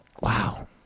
wow